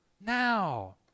Now